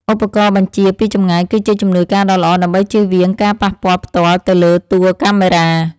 ឧបករណ៍បញ្ជាពីចម្ងាយគឺជាជំនួយការដ៏ល្អដើម្បីជៀសវាងការប៉ះពាល់ផ្ទាល់ទៅលើតួកាមេរ៉ា។